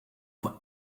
for